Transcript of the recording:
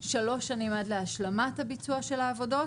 שלוש שנים עד להשלמת הביצוע של העבודות,